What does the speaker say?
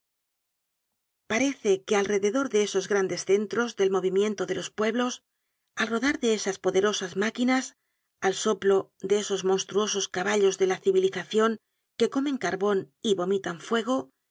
parece que alrededor de esos grandes cen tros del movimiento de los pueblos al rodar de esas poderosas máquinas al soplo de esos monstruosos caballos de la civilizacion que comen carbon y vomitan fuego